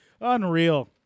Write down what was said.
Unreal